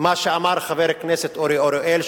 מה שאמר חבר הכנסת אורי אריאל,